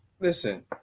Listen